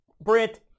Brent